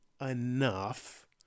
enough